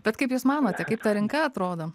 bet kaip jūs manote kaip ta rinka atrodo